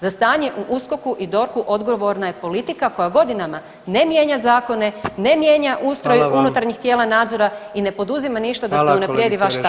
Za stanje u USKOK-u i DORH-u odgovorna je politika koja godina ne mijenja zakone, ne mijenja ustroj unutarnjih tijela nadzora [[Upadica: Hvala vam.]] i ne poduzima ništa da se unaprijedi vaš [[Upadica: Hvala kolegice Orešković]] status.